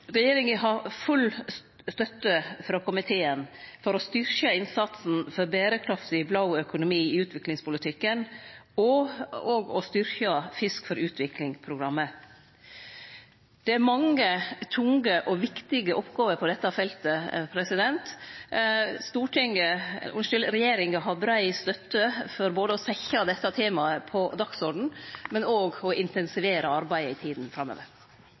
Regjeringa har full støtte frå komiteen for å styrkje innsatsen for ein berekraftig blå økonomi i utviklingspolitikken og for å styrkje Fisk for utvikling-programmet. Det er mange tunge og viktige oppgåver på dette feltet. Regjeringa har brei støtte både for å setje desse temaa på dagsorden og for å intensivere arbeidet i tida framover.